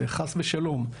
וחס ושלום.